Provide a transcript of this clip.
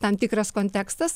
tam tikras kontekstas